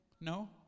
No